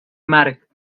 marc